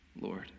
Lord